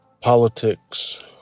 Politics